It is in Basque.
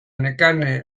nekane